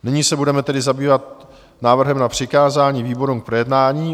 Nyní se budeme tedy zabývat návrhem na přikázání výborům k projednání.